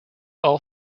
all